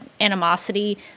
animosity